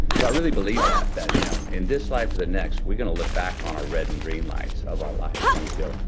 so, i really believe that, that, you know, in this life or the next, we're going to look back on our red and green lights of our life and you go,